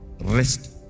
rest